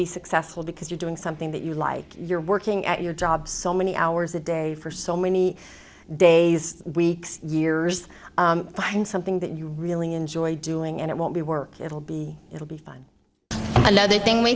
be successful because you're doing something that you like you're working at your job so many hours a day for so many days weeks years find something that you really enjoy doing and it won't be work it'll be it'll be another thing we